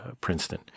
Princeton